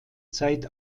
zeit